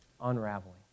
unraveling